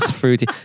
fruity